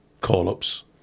call-ups